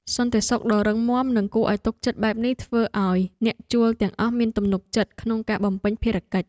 សន្តិសុខដ៏រឹងមាំនិងគួរឱ្យទុកចិត្តបែបនេះធ្វើឱ្យអ្នកជួលទាំងអស់មានទំនុកចិត្តក្នុងការបំពេញភារកិច្ច។